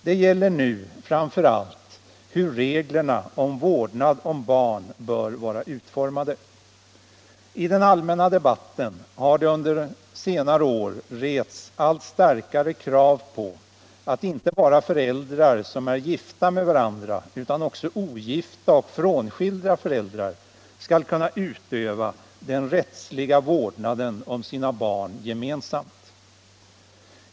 Det gäller nu framför allt hur reglerna för vårdnad om barn bör vara utformade. I den allmänna debatten har det under senare år rests allt starkare krav på att inte bara föräldrar som är gifta med varandra utan också ogifta och frånskilda föräldrar skall kunna utöva den rättsliga vårdnaden om sina barn gemensamt.